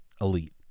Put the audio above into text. elite